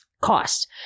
cost